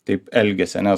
taip elgiasi ane